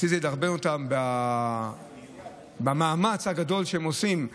רציתי לדרבן אותם במאמץ הגדול שהם עושים,